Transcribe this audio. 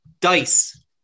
dice